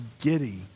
giddy